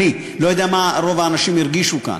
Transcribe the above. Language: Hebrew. אני לא יודע מה רוב האנשים הרגישו כאן,